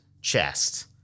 chest